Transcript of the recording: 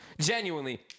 genuinely